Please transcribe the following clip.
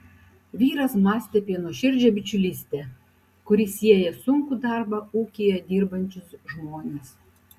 vyras mąstė apie nuoširdžią bičiulystę kuri sieja sunkų darbą ūkyje dirbančius žmones